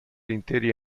interi